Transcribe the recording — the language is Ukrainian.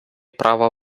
права